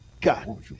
God